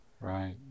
Right